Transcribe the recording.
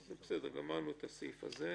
גמרנו את הסעיף הזה.